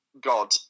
God